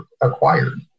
acquired